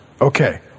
Okay